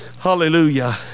hallelujah